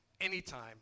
anytime